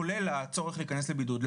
כולל הצורך להיכנס לבידוד,